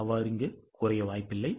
அவ்வாறு குறைய வாய்ப்பில்லை